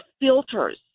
filters